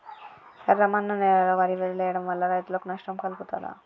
ఎర్రమన్ను నేలలో వరి వదిలివేయడం వల్ల రైతులకు నష్టం కలుగుతదా?